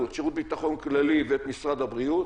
את שירות ביטחון כללי ואת משרד הבריאות